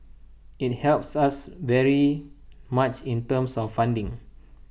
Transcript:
IT helps us very much in terms of funding